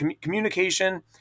communication